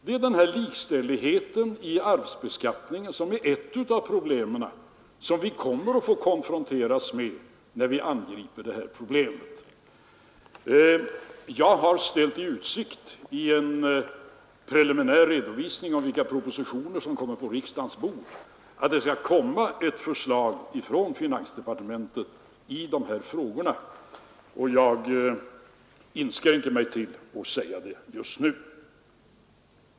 Det är denna likställighet i arvsbeskattningen som är ett av problemen, och det är den vi konfronteras med när vi angriper dessa frågor. I en preliminär redovisning av vilka propositioner som kommer att läggas på riksdagens bord har jag sagt att det skall komma ett förslag i dessa frågor från finansdepartementet, och jag inskränker mig till att säga det just nu.